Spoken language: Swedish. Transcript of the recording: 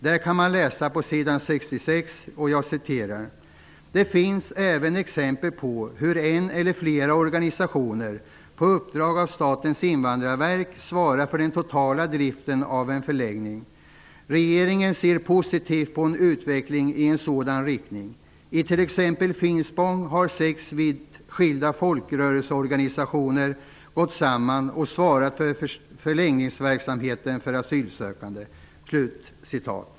Där kan man läsa på s. 66: ''Det finns även exempel på hur en eller flera organisationer på uppdrag av Statens invandrarverk svarar för den totala driften av en förläggning. Regeringen ser positivt på en utveckling i sådan riktning. I t.ex. Finspång har sex vitt skilda folkrörelseorganisationer gått samman och svarat för förläggningsverksamhet för asylsökande.''